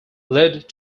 led